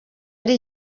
ari